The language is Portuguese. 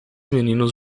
meninos